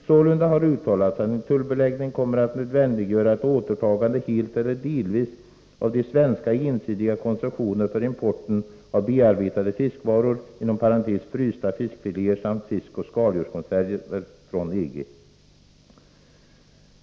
Sålunda har uttalats att en tullbeläggning kommer att nödvändiggöra ett återtagande helt eller delvis av de svenska ensidiga koncessionerna för importen av bearbetade fiskvaror från EG.